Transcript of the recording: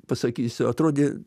pasakysiu atrodė